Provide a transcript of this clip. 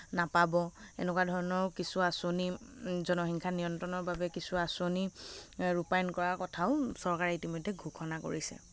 নাপাব এনেকুৱা ধৰণও কিছু আঁচনি জনসংখ্যা নিয়ন্ত্ৰণৰ বাবে কিছু আঁচনি ৰূপায়ণ কৰাৰ কথাও চৰকাৰে ইতিমধ্যে ঘোষণা কৰিছে